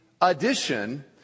addition